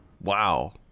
Wow